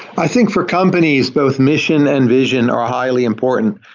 i think for companies, both mission and vision are highly important,